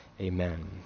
Amen